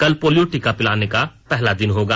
कल पोलियो टीका पिलाने का पहला दिन होगा